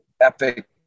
epic